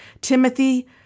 Timothy